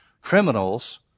criminals